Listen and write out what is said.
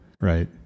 Right